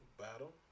battle